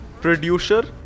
producer